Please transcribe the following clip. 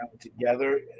together